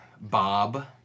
Bob